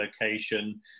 location